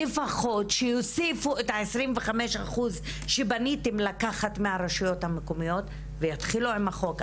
לפחות שיוסיפו את ה-25% שבניתם לקחת מהרשויות המקומיות ויתחילו עם החוק.